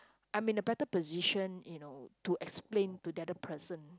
I'm in a better position you know to explain to the other presence